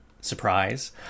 surprise